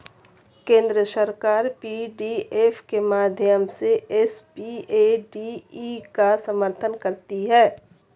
केंद्र सरकार पी.डी.एफ के माध्यम से एस.पी.ए.डी.ई का समर्थन करती है